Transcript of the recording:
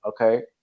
Okay